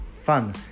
fun